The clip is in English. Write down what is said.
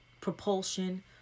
Propulsion